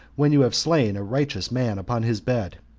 when you have slain a righteous man upon his bed,